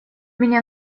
меня